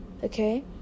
Okay